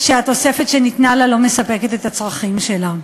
שהתוספת שניתנה לה לא מספקת את הצרכים שלה.